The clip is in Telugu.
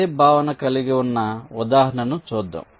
అదే భావన కలిగిన ఉన్న ఉదాహరణను చూద్దాం